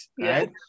right